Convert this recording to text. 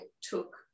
took